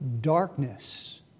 darkness